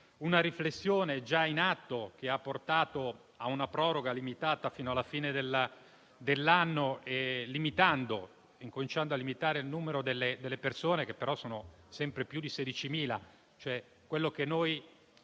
una riflessione, che ha portato a una proroga limitata fino alla fine dell'anno, cominciando anche a limitare il numero delle persone coinvolte, che però sono sempre più di 16.000,